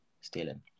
stealing